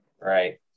right